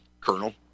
Colonel